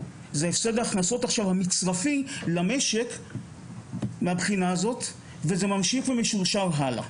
זה הפסד הכנסות מצרפי למשק וזה ממשיך ומשורשר הלאה.